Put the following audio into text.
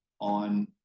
on